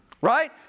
right